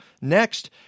next